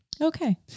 Okay